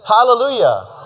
Hallelujah